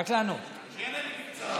שיענה לי בקצרה.